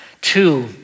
two